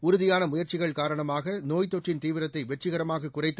உறுதியான முயற்சிகள் காரணமாக நோய்த் தொற்றின் தீவிரத்தை வெற்றிகரமாக குறைத்து